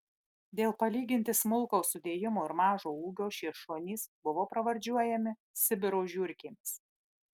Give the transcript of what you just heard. dėl palyginti smulkaus sudėjimo ir mažo ūgio šie šunys buvo pravardžiuojami sibiro žiurkėmis